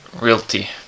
realty